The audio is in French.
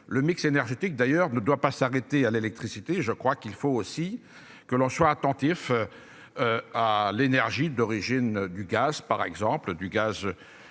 le mix énergétique d'ailleurs ne doit pas s'arrêter à l'électricité. Je crois qu'il faut aussi que l'on soit attentif. À l'énergie d'origine du gaz par exemple du gaz. Bien